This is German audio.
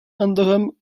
anderem